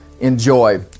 enjoy